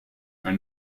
are